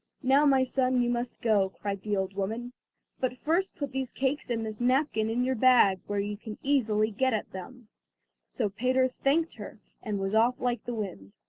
now, my son, you must go cried the old woman but first put these cakes and this napkin in your bag, where you can easily get at them so peter thanked her and was off like the wind.